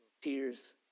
Tears